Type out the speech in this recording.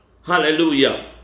hallelujah